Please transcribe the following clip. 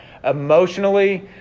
emotionally